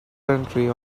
country